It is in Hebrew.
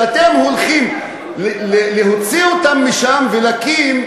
שאתם הולכים להוציא אותם משם ולהקים,